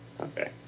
okay